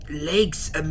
legs